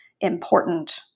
important